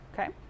Okay